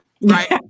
right